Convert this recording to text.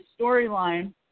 storyline